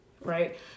right